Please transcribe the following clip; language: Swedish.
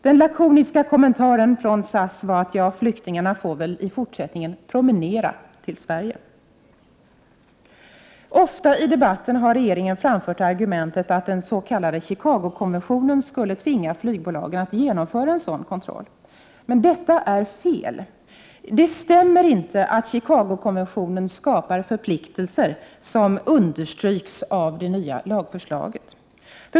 Den lakoniska kommentaren från SAS var, att flyktingarna får väl i fortsättningen promenera till Sverige. Ofta i debatten har regeringen framfört argumentet att den s.k. Chicagokonventionen skulle tvinga flygbolagen att genomföra en sådan kontroll. Detta är fel. Det stämmer inte att Chicagokonventionen skapar förpliktelser som understryks av det nya lagförslaget.